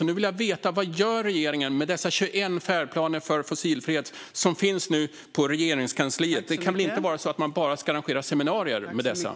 Därför vill jag nu veta vad regeringen gör med dessa 21 färdplaner för fossilfrihet som nu finns i Regeringskansliet. Det kan väl inte vara så att man bara ska arrangera seminarier om dem?